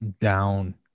down